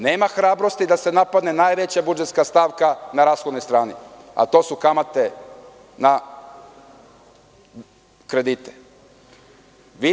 Nema hrabrosti da se napadne najveća budžetska stavka na rashodnoj strani, a to su kamate na kredite.